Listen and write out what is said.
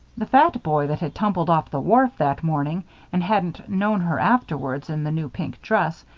the fat boy that had tumbled off the wharf that morning and hadn't known her afterwards in the new pink dress,